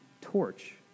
torch